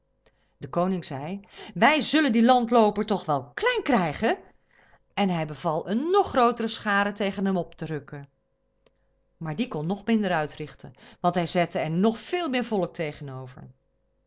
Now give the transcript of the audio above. de koning zei wij zullen dien landlooper toch wel klein krijgen en hij beval een nog grootere schare tegen hem op te rukken maar die kon nog minder uitrichten want hij zette er nog veel meer volk tegenover